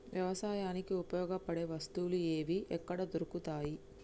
వ్యవసాయానికి ఉపయోగపడే వస్తువులు ఏవి ఎక్కడ దొరుకుతాయి?